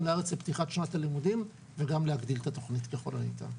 לארץ לפתיחת שנת הלימודים וגם להגדיל את התוכנית ככל הניתן.